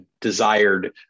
desired